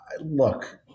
look